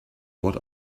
what